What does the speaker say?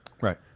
Right